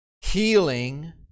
Healing